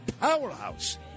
powerhouse